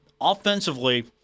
Offensively